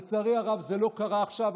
לצערי הרב זה לא קרה עכשיו,